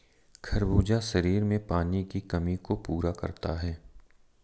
खरबूजा शरीर में पानी की कमी को पूरा करता है